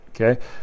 okay